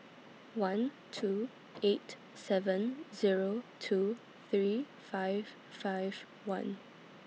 one two eight seven Zero two three five five one